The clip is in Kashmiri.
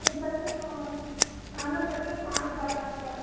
أسۍ حظ چھِ پانٛژھ اَہَن حظ أسۍ پانٛژھ داہ نفر